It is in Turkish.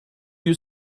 yüz